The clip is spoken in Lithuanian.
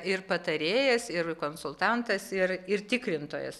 ir patarėjas ir konsultantas ir ir tikrintojas